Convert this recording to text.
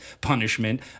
punishment